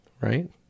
Right